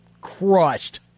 crushed